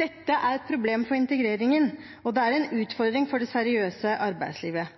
Dette er et problem for integreringen, og det er en utfordring